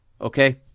okay